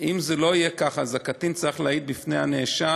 אם זה לא יהיה כך, הקטין יצטרך להעיד בפני הנאשם,